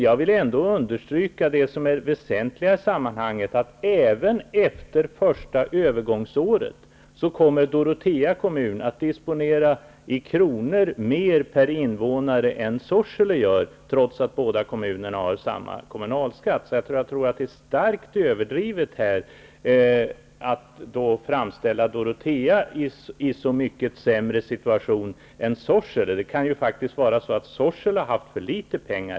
Jag vill ändå understryka det som är det väsentliga i sammanhanget, nämligen att Dorotea kommun även efter det första övergångsåret kommer att disponera mer i kronor räknat per invånare än Sorsele, trots att kommunerna har samma kommunalskatt. Jag tror alltså att det är starkt överdrivet att framställa Dorotea i en så mycket sämre situation än Sorsele. Det kan faktiskt vara så att Sorsele hittills har haft för litet pengar.